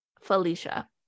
Felicia